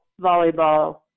volleyball